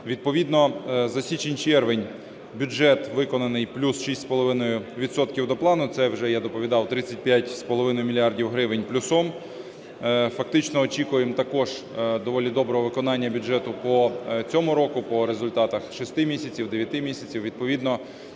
Відповідно за січень-червень бюджет виконаний плюс 6,5 відсотка до плану. Це, вже я доповідав, 35,5 мільярда гривень плюсом. Фактично очікуємо також доволі доброго виконання бюджету по цьому року, по результатах 6 місяців, 9 місяців.